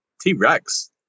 T-Rex